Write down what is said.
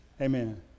Amen